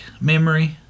memory